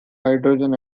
hydrogen